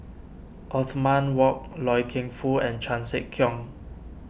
Othman Wok Loy Keng Foo and Chan Sek Keong